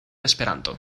esperanto